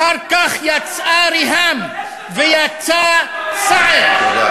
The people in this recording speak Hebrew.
אחר כך יצאה ריהאם ויצא סעד, תתבייש לך.